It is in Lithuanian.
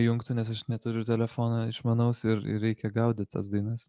įjungtų nes aš neturiu telefono išmanaus ir ir reikia gaudyt tas dainas